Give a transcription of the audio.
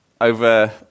over